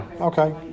Okay